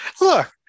Look